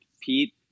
Pete